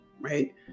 right